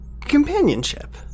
companionship